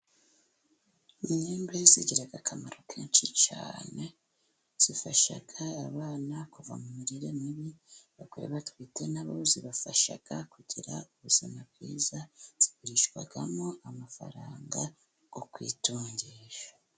Imyembe igira akamaro kenshi cyane, ifasha abana kuva mu mirire mibi, abagore batwite nabo ibafasha kugira ubuzima bwiza, igurishwamo amafaranga yo kwitungisha.